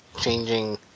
changing